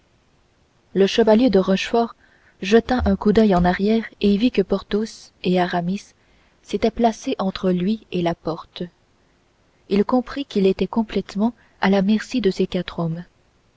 le chevalier de rochefort jeta un coup d'oeil en arrière et vit que porthos et aramis s'étaient placés entre lui et la porte il comprit qu'il était complètement à la merci de ces quatre hommes